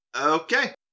Okay